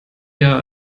eher